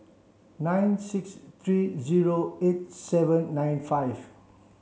nine six three zero eight seven nine five